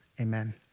Amen